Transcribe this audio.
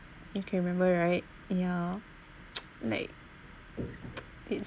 you can remember right ya like it's